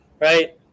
right